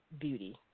Beauty